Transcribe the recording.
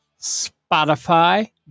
Spotify